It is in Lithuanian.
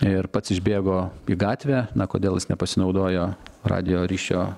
ir pats išbėgo į gatvę na kodėl jis nepasinaudojo radijo ryšio